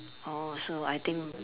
oh so I think